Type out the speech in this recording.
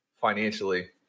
financially